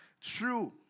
true